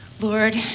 Lord